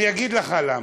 אני אגיד לך למה: